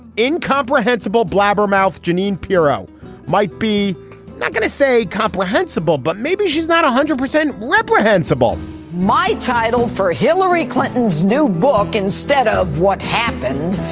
incomprehensible blabbermouth jeanine pirro might be not going to say comprehensible, but maybe she's not one hundred percent reprehensible my title for hillary clinton's new book, instead of what happened,